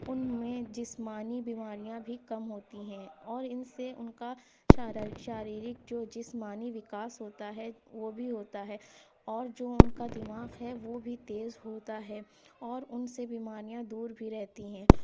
ان میں جسمانی بیماریاں بھی کم ہوتی ہیں اور ان سے ان کا شارار شاریرک جو جسمانی وکاس ہوتا ہے وہ بھی ہوتا ہے اور جو ان کا دماغ ہے وہ بھی تیز ہوتا ہے اور ان سے بیماریاں دور بھی رہتی ہیں